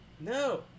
No